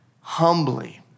humbly